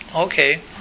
Okay